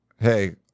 hey